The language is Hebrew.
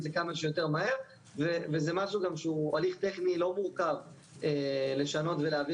זה כמה שיותר מהר וזה משהו גם שהוא הליך טכני לא מורכב לשנות ולהביא